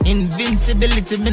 Invincibility